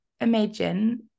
imagine